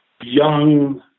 young